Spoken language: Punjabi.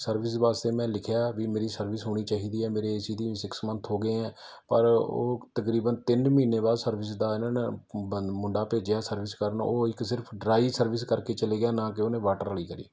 ਸਰਵਿਸ ਵਾਸਤੇ ਮੈਂ ਲਿਖਿਆ ਵੀ ਮੇਰੀ ਸਰਵਿਸ ਹੋਣੀ ਚਾਹੀਦੀ ਹੈ ਮੇਰੇ ਏ ਸੀ ਦੀ ਸਿਕਸ ਮੰਨਥ ਹੋ ਗਏ ਹੈ ਪਰ ਉਹ ਤਕਰੀਬਨ ਤਿੰਨ ਮਹੀਨੇ ਬਾਅਦ ਸਰਵਿਸ ਦਾ ਇਹਨਾਂ ਨੇ ਬੰ ਮੁੰਡਾ ਭੇਜਿਆ ਸਰਵਿਸ ਕਰਨ ਉਹ ਇੱਕ ਸਿਰਫ ਡਰਾਈ ਸਰਵਿਸ ਕਰਕੇ ਚਲਾ ਗਿਆ ਨਾ ਕਿ ਉਹਨੇ ਵਾਟਰ ਵਾਲੀ ਕਰੀ